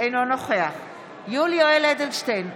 אינו נוכח יולי יואל אדלשטיין,